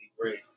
great